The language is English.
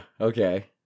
Okay